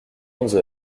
onze